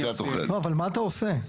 אבל מה אתה עושה?